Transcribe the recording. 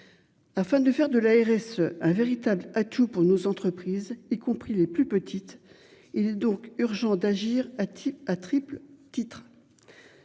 Afin de faire de la RS. Un véritable atout pour nos entreprises, y compris les plus petites. Il est donc urgent d'agir, a-t-il à triple titre.